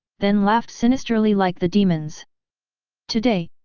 then laughed sinisterly like the demons today,